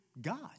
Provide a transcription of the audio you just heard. God